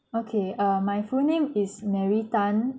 okay err my full name is mary tan